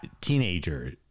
teenager